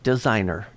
Designer